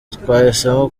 twahisemo